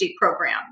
program